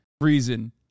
reason